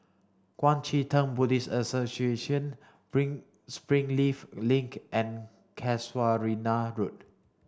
Kuang Chee Tng Buddhist Association Bring Springleaf Link and Casuarina Road